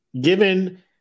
given